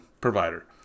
provider